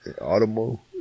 Automobile